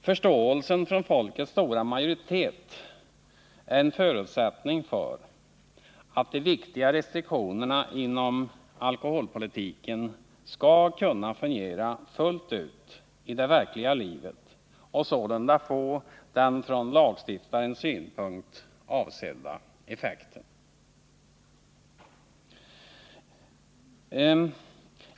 Förståelsen från folkets stora majoritet är en förutsättning för att de viktiga restriktionerna inom alkoholpolitiken skall kunna fungera fullt ut i det verkliga livet och sålunda få den från lagstiftarens synpunkt avsedda effekten.